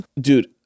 dude